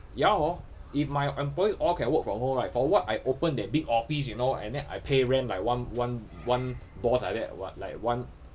ya hor if my employee all can work from home right for what I open that big office you know and then I pay rent like one one one doors like that like one